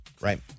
right